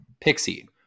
Pixie